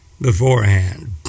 beforehand